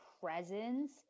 presence